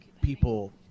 people